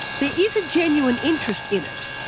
there is a genuine interest in it.